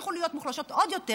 שימשיכו להיות מוחלשות עוד יותר,